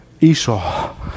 Esau